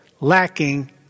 lacking